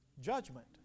Judgment